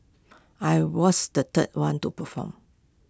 I was the third one to perform